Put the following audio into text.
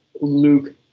Luke